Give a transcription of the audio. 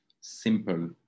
simple